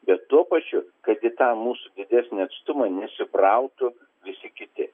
bet tuo pačiu kad į tą mūsų didesnį atstumą nesibrautų visi kiti